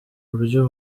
buryo